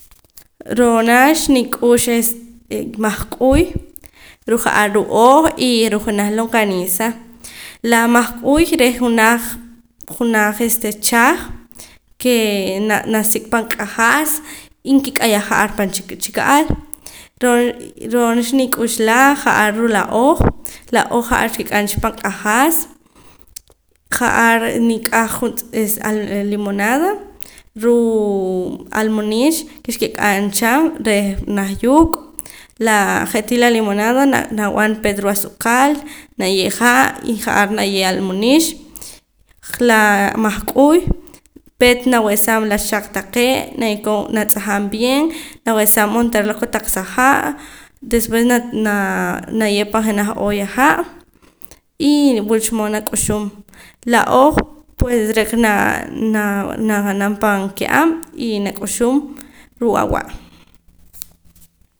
Ro'na xnik'ux este mahk'uy ruu' ja'ar ruu' ooj y ruu' janaj longaniiza la mahk'uy re' junaj junaj este chaj ke na nasik' pan q'ajas y nkik'ayaj ja'ar pan pan chika'al ro'na xnik'ux laa ja'ar ruu' la ooj la ooj ja'ar kik'amcha pan q'ajas ja'ar nik'aj juntz'ep al limonada ruu' almunix ke xkik'am cha reh nah yuuq' naa je'tii la limonada nab'an peet ruu' asuukal na ye' ha' y ja'ar naye almunix laa mahk'uy peet nab'esaam la xaq taqee' naye'em koon natz'ajam bien nawehsaam ontera la kotaq sa'jaa después na naa naye' pan janaj olla ha' y wulcha mood nak'uxum la ooj pue re'ka na naa na'nam pan kiab' y najk'uxum ruu' awa'